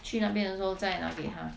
去那边的时候再拿给她